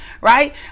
right